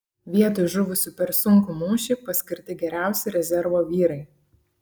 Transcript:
vietoj žuvusių per sunkų mūšį paskirti geriausi rezervo vyrai